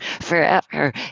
forever